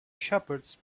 shepherds